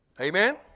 Amen